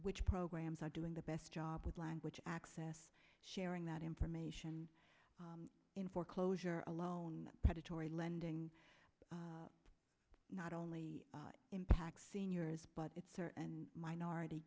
which programs are doing the best job with language access sharing that information in foreclosure alone predatory lending not only impacts seniors but it's or and minority